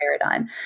paradigm